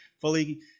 fully